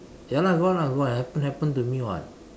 ya lah got lah got happened happened to me [what]